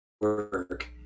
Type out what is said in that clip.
work